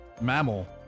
mammal